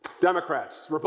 Democrats